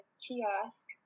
kiosk